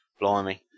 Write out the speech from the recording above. Blimey